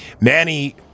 Manny